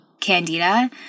candida